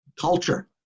Culture